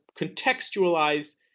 contextualize